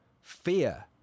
fear